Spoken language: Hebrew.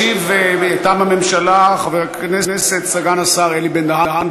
ישיב מטעם הממשלה סגן השר אלי בן-דהן.